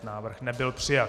Návrh nebyl přijat.